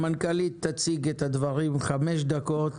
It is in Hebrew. המנכ"לית תציג את הדברים חמש דקות,